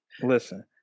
Listen